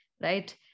right